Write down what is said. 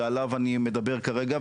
שעליו אני מדבר כרגע,